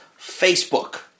Facebook